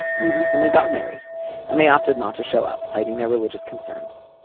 we recently got married and they opted not to show up citing their religious concerns.